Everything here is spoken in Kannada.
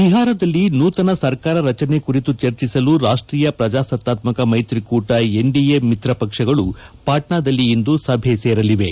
ಬಿಹಾರದಲ್ಲಿ ನೂತನ ಸರ್ಕಾರ ರಚನೆ ಕುರಿತು ಚರ್ಚೆಸಲು ರಾಷ್ತೀಯ ಪ್ರಜಾಸತ್ತಾತ್ಮಕ ಮೈತ್ರಿಕೂಟ ಎನ್ಡಿಎ ಮಿತ್ರಪಕ್ಷಗಳು ಪಾಟ್ನಾದಲ್ಲಿಂದು ಸಭೆ ಸೇರಲಿವೆ